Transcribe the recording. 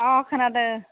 अ खोनादों